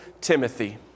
Timothy